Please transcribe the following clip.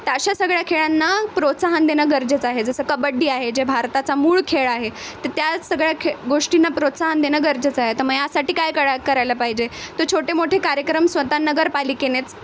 तर अशा सगळ्या खेळांना प्रोत्साहन देणं गरजेचं आहे जसं कबड्डी आहे जे भारताचा मूळ खेळ आहे तर त्याच सगळ्या खे गोष्टींना प्रोत्साहन देणं गरजेचं आहे तर मग यासाठी काय कळा करायला पाहिजे तो छोटेमोठे कार्यक्रम स्वतः नगरपालिकेनेच